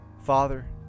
Father